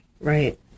right